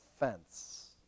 offense